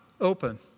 open